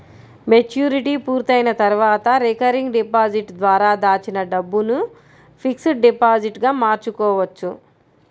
maturity పూర్తయిన తర్వాత recurring deposit ద్వారా దాచిన డబ్బును ఫిక్స్డ్ డిపాజిట్ గా మార్చుకోవచ్చు